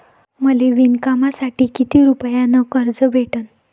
मले विणकामासाठी किती रुपयानं कर्ज भेटन?